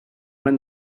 when